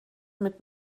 mit